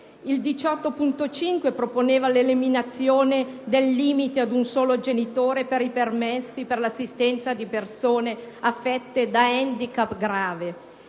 18.5 proponeva l'eliminazione del limite di un solo genitore per i permessi di assistenza a persone affette da handicap grave.